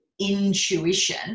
intuition